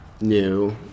new